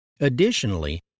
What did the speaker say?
Additionally